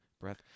breath